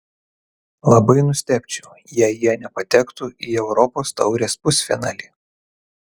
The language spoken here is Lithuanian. labai nustebčiau jei jie nepatektų į europos taurės pusfinalį